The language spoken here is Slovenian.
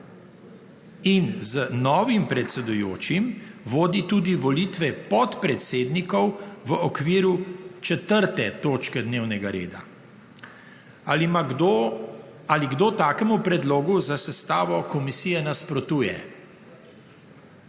in z novim predsedujočim vodi tudi volitve podpredsednikov v okviru 4. točke dnevnega reda. Ali kdo takemu predlogu za sestavo komisije nasprotuje?